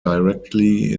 directly